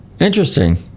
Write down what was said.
Interesting